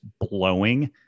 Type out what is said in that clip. blowing